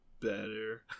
better